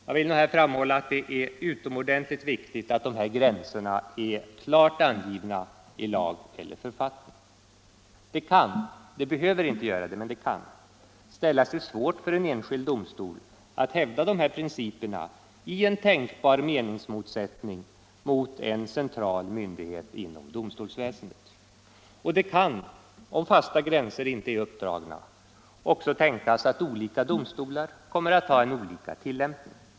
Jag vill nog där framhålla att det är utomordentligt viktigt att dessa gränser är klart angivna i lag och författning. Det kan —- det behöver inte göra det men det kan -— ställa sig svårt för en enskild domstol att hävda dessa principer i en tänkbar meningsmotsättning mot en central myndighet inom domstolsväsendet. Och det kan, om fasta gränser inte är uppdragna, också tänkas att olika domstolar kommer att ha en olika tillämpning.